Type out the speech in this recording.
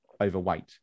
overweight